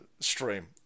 stream